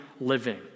living